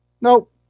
Nope